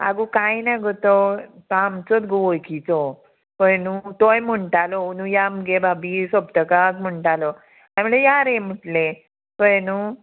आगो कांय ना गो तो आमचोच गो वळकीचो कळ्ळें न्हू तोय म्हणटालो ओन्हू या मुगे भाभी सप्तकाक म्हणटालो हांयें म्हणलें या रे म्हटलें कळ्ळें न्हू